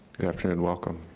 good afternoon, welcome.